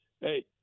hey